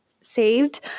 saved